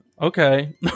Okay